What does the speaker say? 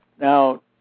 Now